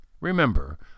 Remember